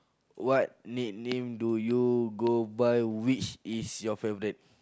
what nickname do you go by which is your favorite